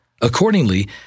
Accordingly